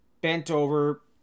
bent-over